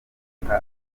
kuruta